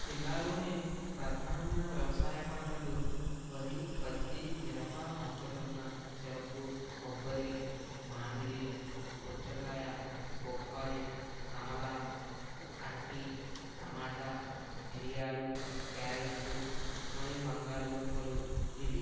జిల్లాలోని ప్రధానమైన వ్యవసాయ పంటలు వరి పత్తి మిరప మొక్కజొన్న చెరుకు కొబ్బరి మామిడి పుచ్చకాయ బొప్పాయి కమలా అరటి టమాట మిరియాలు క్యారెట్లు మరియు బంగాళదుంపలు ఇవి